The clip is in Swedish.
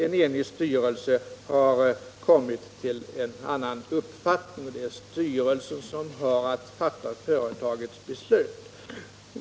En enig styrelse har kommit till en annan uppfattning, och det är styrelsen som har att fatta företagets beslut.